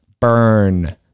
burn